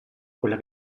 quella